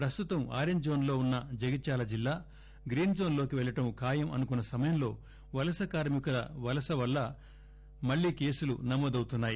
ప్రస్తుతం orange zone లో ఉన్న జగిత్యాల జిల్లా గ్రీన్ జోన్ లోకి పెళ్ళడం ఖాయం అనుకున్న సమయంలో వలస కార్మికుల వలన జిల్లాలో మళ్ళీ కేసులు నమోదు అవుతున్నాయి